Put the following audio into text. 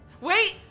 Wait